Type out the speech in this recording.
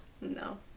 No